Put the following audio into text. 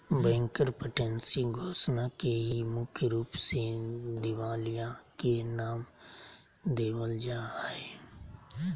bankruptcy घोषणा के ही मुख्य रूप से दिवालिया के नाम देवल जा हय